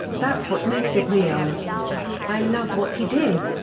that's what makes it real i love what he did,